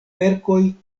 verkoj